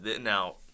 Now